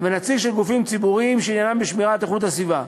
ונציג של גופים ציבוריים שעניינם בשמירת הסביבה.